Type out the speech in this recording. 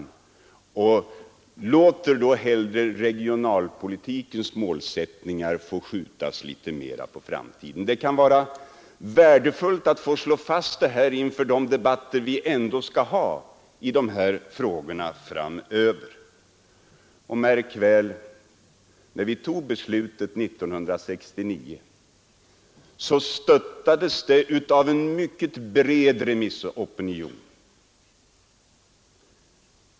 Herr Ullsten låter hellre regionalpolitikens målsättningar skjutas litet på framtiden. Det är värdefullt att slå fast detta inför de debatter vi ändå skall föra i dessa frågor framöver. Märk väl, att när vi tog beslutet 1969, så stöddes det av en mycket bred remissopinion.